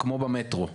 כמו במטרו.